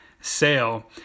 sale